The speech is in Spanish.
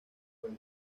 fuego